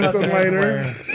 later